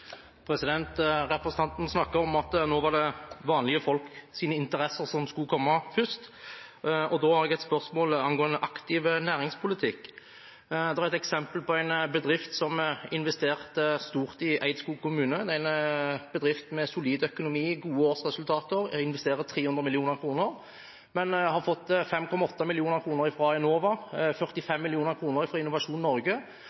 Representanten snakket om at nå var det vanlige folks interesser som skulle komme først. Da har jeg et spørsmål angående aktiv næringspolitikk. Det er et eksempel på en bedrift som investerte stort i Eidskog kommune, en bedrift med solid økonomi og gode årsresultater. De investerer 300 mill. kr, men har fått 5,8 mill. kr fra Enova, 45 mill. kr fra Innovasjon Norge,